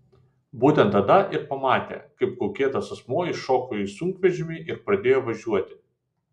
būtent tada ir pamatė kaip kaukėtas asmuo įšoko į sunkvežimį ir pradėjo važiuoti